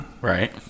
Right